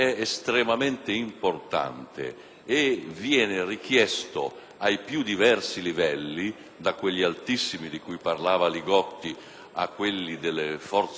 ai più diversi livelli, da quelli altissimi, menzionati dal senatore Li Gotti, a quelli delle forze dell'ordine in generale, per risolvere problemi